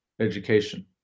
education